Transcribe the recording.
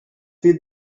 feed